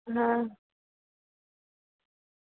હા